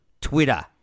Twitter